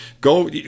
Go